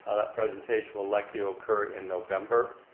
ah that presentation will likely occur in november.